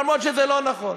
אף-על-פי שזה לא נכון.